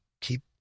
keep